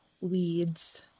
weeds